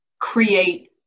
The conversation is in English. create